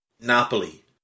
Napoli